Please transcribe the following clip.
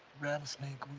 rattle snake